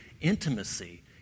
intimacy